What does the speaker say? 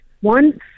One